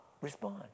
Respond